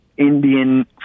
Indian